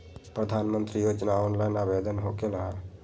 प्रधानमंत्री योजना ऑनलाइन आवेदन होकेला?